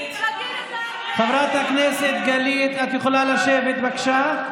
חברת הכנסת גלית, את יכולה לשבת, בבקשה?